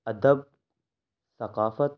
ادب ثقافت